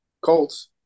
Colts